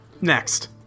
Next